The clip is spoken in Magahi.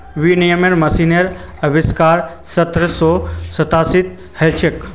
विनोविंग मशीनेर आविष्कार सत्रह सौ सैंतीसत हल छिले